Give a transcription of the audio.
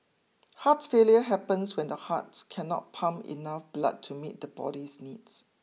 heart failure happens when the heart cannot pump enough blood to meet the body's needs